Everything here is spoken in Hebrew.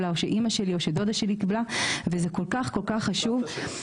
אמא שלי או דודה שלי קיבלו את המינוי וזה כל כך חשוב הייצוג,